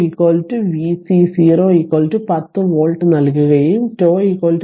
v0 v0 v c 0 10 volt നൽകുകയും τ 0